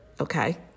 okay